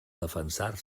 defensar